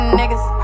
niggas